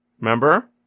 Remember